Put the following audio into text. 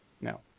no